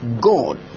God